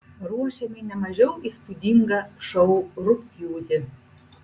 ruošiame ne mažiau įspūdingą šou rugpjūtį